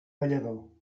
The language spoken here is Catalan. ballador